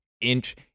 inch